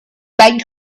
biked